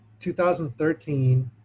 2013